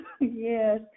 yes